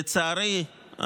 לצערי,